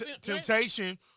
Temptation